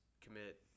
commit